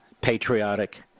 patriotic